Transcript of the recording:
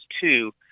two